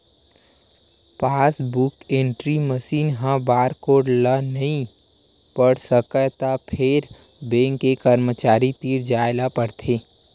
passbook entry machine ह barcode ल नइ पढ़ सकय त फेर बेंक के करमचारी तीर जाए ल परथे